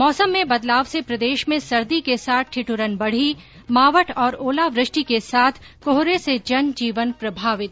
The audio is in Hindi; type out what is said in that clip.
मौसम में बदलाव से प्रदेश में सर्दी के साथ ठिदुरन बढी मावठ और ओलावृष्टि के साथ कोहरे से जनजीवन प्रभावित